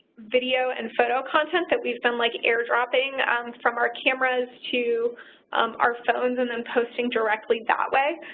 video and photo content that we've been like air dropping from our cameras to um our phones and then posting directly that way.